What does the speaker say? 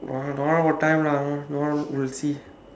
don't don't know what time lah tomorrow we'll see